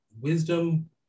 wisdom